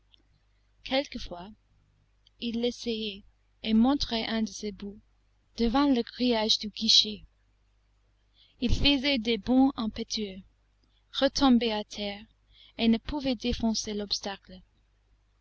quelquefois il l'essayait et montrait un de ses bouts devant le grillage du guichet il faisait des bonds impétueux retombait à terre et ne pouvait défoncer l'obstacle